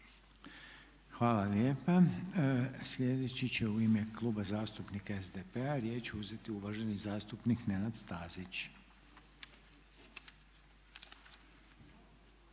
Hvala lijepa. Sljedeći će u ime Kluba zastupnika SDP-a riječ uzeti uvaženi zastupnik Nenad Stazić.